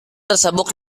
tersebut